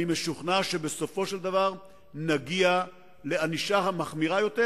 אני משוכנע שבסופו של דבר נגיע לענישה המחמירה יותר,